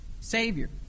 Savior